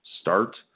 start